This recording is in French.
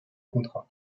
contrat